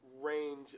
range